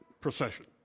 procession